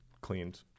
cleaned